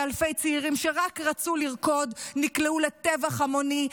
ואלפי צעירים שרק רצו לרקוד נקלעו לטבח המוני.